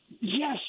Yes